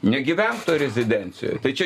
negyvenk toj rezidencijoj tai čia